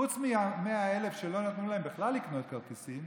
חוץ מה-100,000 שלא נתנו להם בכלל לקנות כרטיסים,